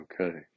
okay